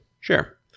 Sure